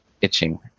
itching